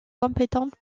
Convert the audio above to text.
compétente